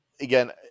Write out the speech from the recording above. again